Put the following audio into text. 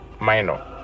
minor